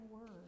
word